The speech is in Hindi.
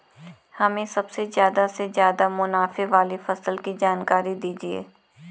हमें सबसे ज़्यादा से ज़्यादा मुनाफे वाली फसल की जानकारी दीजिए